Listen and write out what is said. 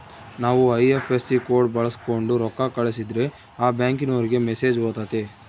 ನಾವು IFSC code ಬಳಕ್ಸೋಂಡು ರೊಕ್ಕ ಕಳಸಿದ್ರೆ ಆ ಬ್ಯಾಂಕಿನೋರಿಗೆ ಮೆಸೇಜ್ ಹೊತತೆ